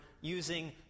using